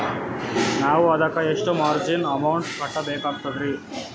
ನಾವು ಅದಕ್ಕ ಎಷ್ಟ ಮಾರ್ಜಿನ ಅಮೌಂಟ್ ಕಟ್ಟಬಕಾಗ್ತದ್ರಿ?